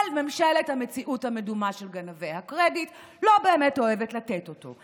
אבל ממשלת המציאות המדומה של גנבי הקרדיט לא באמת אוהבת לתת אותו.